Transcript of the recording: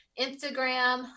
Instagram